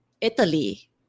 Italy